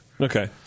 Okay